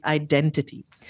identities